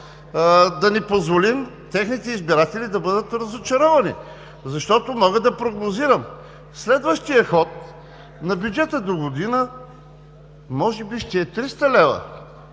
да не позволим техните избиратели да бъдат разочаровани. Мога да прогнозирам следващия ход: в бюджета догодина може би ще е 300 лв.,